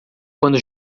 quando